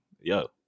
yo